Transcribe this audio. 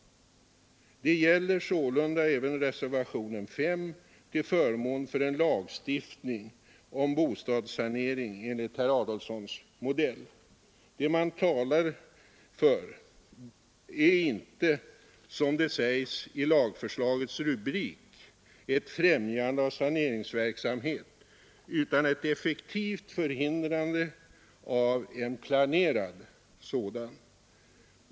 Det gäller sålunda även reservationen 5 till förmån för en lagstiftning om bostadssanering enligt herr Adolfssons modell. Det man talar för är inte, som det sägs i lagförslagets rubrik, ett främjande av saneringsverksamhet utan ett effektivt förhindrande av en planerad sådan.